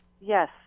Yes